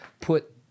put